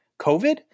COVID